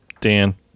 Dan